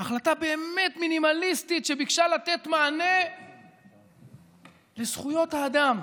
החלטה באמת מינימליסטית שביקשה לתת מענה לזכויות האדם,